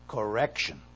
Correction